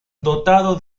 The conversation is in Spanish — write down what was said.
dotado